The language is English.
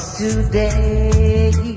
today